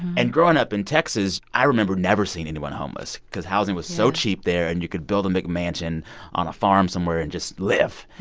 and growing up in texas, i remember never seeing anyone homeless because housing was so cheap there. and you could build a mcmansion on a farm somewhere and just live.